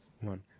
one